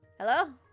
Hello